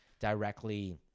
directly